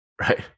right